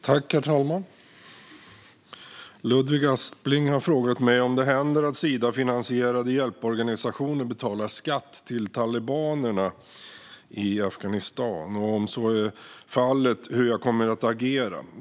Herr talman! Ludvig Aspling har frågat mig om det händer att Sidafinansierade hjälporganisationer betalar skatt till talibanerna i Afghanistan och, om så är fallet, hur jag kommer att agera.